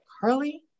Carly